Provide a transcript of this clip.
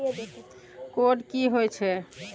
Code की होय छै?